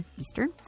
Eastern